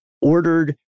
ordered